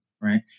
right